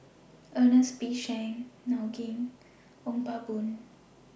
Ernest P Shanks Gao Ning and Ong Pang Boon